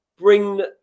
bring